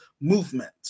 movement